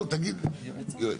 יועץ.